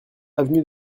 avenue